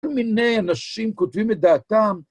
כל מיני אנשים כותבים את דעתם.